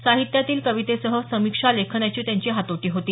साहित्यातील कवितेसह समीक्षा लेखनाची त्यांची हातोटी होती